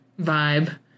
vibe